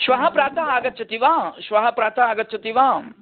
श्वः प्रातः आगच्छति वा श्वः प्रातः आगच्छति वा